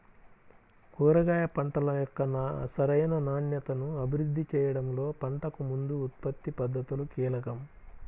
కూరగాయ పంటల యొక్క సరైన నాణ్యతను అభివృద్ధి చేయడంలో పంటకు ముందు ఉత్పత్తి పద్ధతులు కీలకం